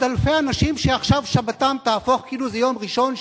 אלפי אנשים שעכשיו שבתם תהפוך כאילו זה יום ראשון,